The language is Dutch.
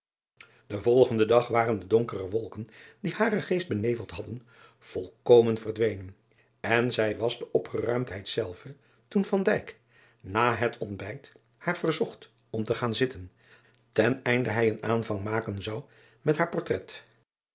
en volgenden dag waren de donkere wolken die haren geest beneveld hadden volkomen verdwenen en zij was de opgeruimdheid zelve toen na het ontbijt haar verzocht om te gaan zitten ten einde hij een aanvang maken zou met haar portrait